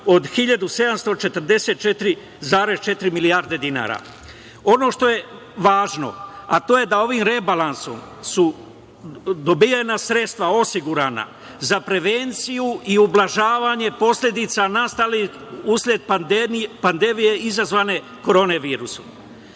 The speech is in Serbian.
od 1.744,4 milijarde dinara. Ono što je važno, a to je da ovim rebalansom su dobijena sredstva osigurana za prevenciju i ublažavanje posledica nastalih usled pandemije izazvane Korona virusom.